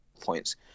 points